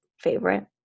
favorite